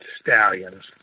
stallions